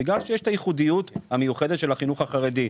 אלא בגלל שיש את הייחודיות המיוחדת של החינוך החרדי.